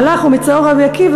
מצר.